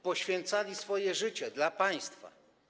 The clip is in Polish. Poświęcali swoje życie dla państwa.